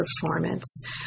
performance